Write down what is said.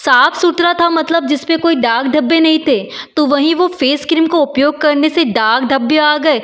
साफ सुथरा था मतलब जिस पर कोई दाग धब्बे नहीं थे तो वहीं वह फेस क्रीम क्रीम को उपयोग करने से दाग धब्बे आ गए